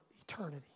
eternity